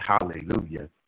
hallelujah